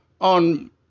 on